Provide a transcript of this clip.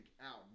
out